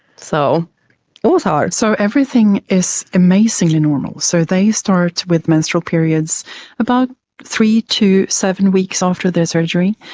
so it was hard. so everything is amazingly normal. so they start with menstrual periods about three to seven weeks after their surgery.